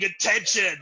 attention